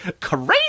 Crazy